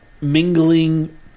mingling